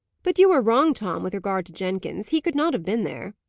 but you are wrong, tom, with regard to jenkins. he could not have been there.